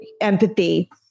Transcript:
empathy